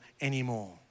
anymore